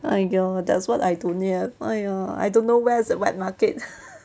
!aiyo! that's what I don't have !aiya! I don't know where's the wet market